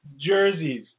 jerseys